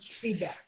feedback